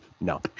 No